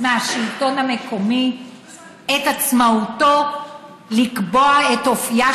מהשלטון המקומי את עצמאותו לקבוע את אופייה